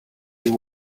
you